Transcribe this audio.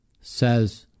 says